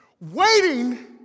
Waiting